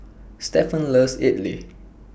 Stephon loves Idili